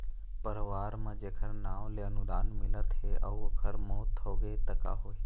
परवार म जेखर नांव ले अनुदान मिलत हे अउ ओखर मउत होगे त का होही?